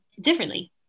differently